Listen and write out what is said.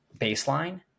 baseline